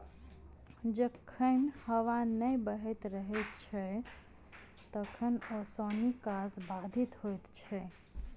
जखन हबा नै बहैत रहैत छै तखन ओसौनी काज बाधित होइत छै